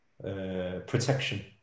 protection